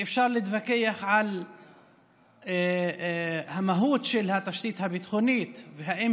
ואפשר להתווכח על המהות של התשתית הביטחונית ואם